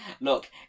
look